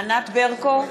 ענת ברקו,